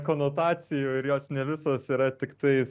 konotacijų ir jos ne visos yra tiktai